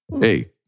Hey